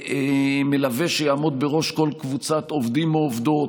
מלווה שיעמוד בראש כל קבוצת עובדים או עובדות,